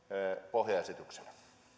pohjaesityksenä